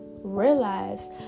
realize